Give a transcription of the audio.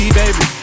baby